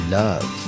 love